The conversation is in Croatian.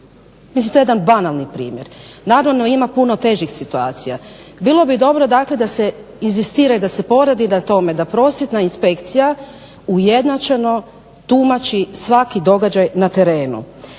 Mislim to je jedan banalni primjer. Naravno ima puno težih situacija. Bilo bi dobro dakle da se inzistira i da se poradi na tome da prosvjetna inspekcija ujednačeno tumači svaki događaj na terenu.